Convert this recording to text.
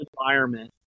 environment